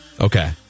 Okay